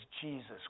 Jesus